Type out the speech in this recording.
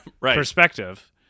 perspective